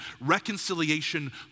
reconciliation